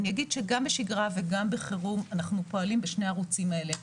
אני אגיד שגם בשגרה וגם בחירום אנחנו פועלים בשני הערוצים האלה,